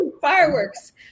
Fireworks